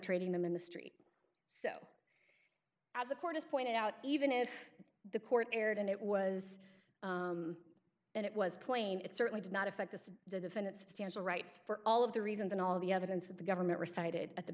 trading them in the street so as the court has pointed out even if the court erred and it was and it was plain it certainly did not affect the defendant substantial rights for all of the reasons and all the evidence that the government recited at the